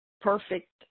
perfect